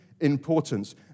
Importance